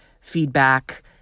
Feedback